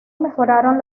mejoraron